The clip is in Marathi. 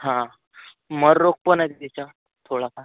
हा मर रोग पण आहे त्याच्यावर थोडाफार